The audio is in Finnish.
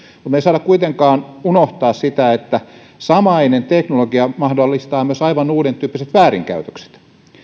mutta me emme saa kuitenkaan unohtaa sitä että samainen teknologia mahdollistaa myös aivan uudentyyppiset väärinkäytökset